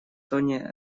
зоне